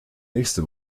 nächste